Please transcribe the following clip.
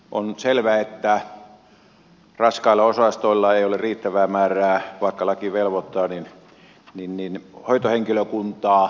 on selvää että raskailla osastoilla ei ole riittävää määrää vaikka laki velvoittaa hoitohenkilökuntaa